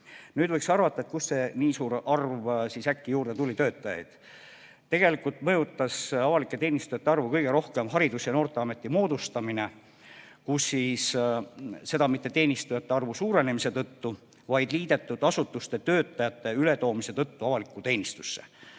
Nüüd võiks küsida, kust see nii suur arv töötajaid äkki juurde tuli. Tegelikult mõjutas avalike teenistujate arvu kõige rohkem Haridus- ja Noorteameti moodustamine, ja seda mitte teenistujate arvu suurenemise tõttu, vaid liidetud asutuste töötajate ületoomise tõttu avalikku teenistusse.